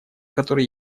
который